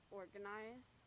organize